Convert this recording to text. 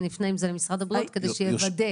ונפנה עם זה למשרד הבריאות כדי שיוודא.